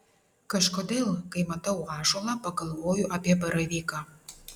kažkodėl kai matau ąžuolą pagalvoju apie baravyką